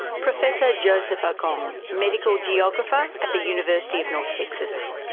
professor joseph oppong, medical geographer at the university of north texas.